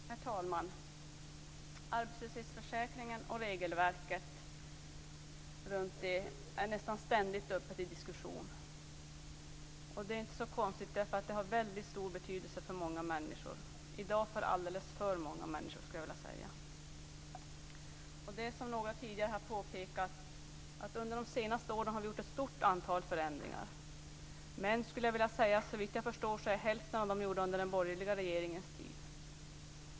Herr talman! Arbetslöshetsförsäkringen och regelverket runt den är nästan ständigt uppe till diskussion. Det är inte så konstigt, eftersom detta har väldigt stor betydelse för många människor. I dag har det stor betydelse för alldeles för många människor, skulle jag vilja säga. Som några har påpekat tidigare har vi gjort ett stort antal förändringar under de senaste åren. Men såvitt jag förstår är hälften av dem gjorda under den borgerliga regeringens tid.